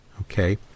Okay